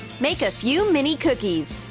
make a few mini cookies.